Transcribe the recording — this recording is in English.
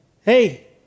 Hey